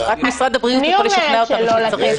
רק משרד הבריאות יכול לשכנע אותנו שצריך.